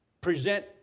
present